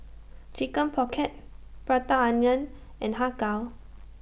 Chicken Pocket Prata Onion and Har Kow